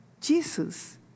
Jesus